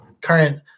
current